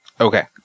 Okay